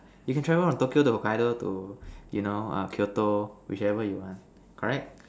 you can travel from Tokyo to Hokkaido to you know err Kyoto whichever you want correct